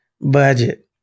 budget